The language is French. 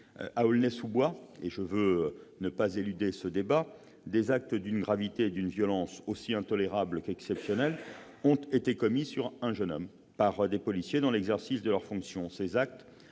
À Aulnay-sous-Bois, des actes d'une gravité et d'une violence aussi intolérables qu'exceptionnelles ont été commis sur un jeune homme par des policiers dans l'exercice de leurs fonctions. Ces actes,